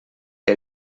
que